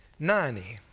ninety